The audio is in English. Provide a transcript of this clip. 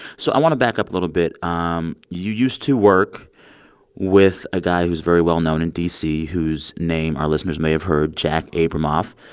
so i want to back up a little bit. um you used to work with a guy who's very well-known in d c, whose name our listeners may have heard, jack abramoff.